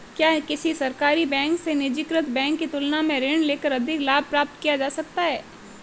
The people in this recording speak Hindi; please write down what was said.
क्या किसी सरकारी बैंक से निजीकृत बैंक की तुलना में ऋण लेकर अधिक लाभ प्राप्त किया जा सकता है?